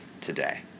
today